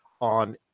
on